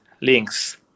links